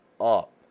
up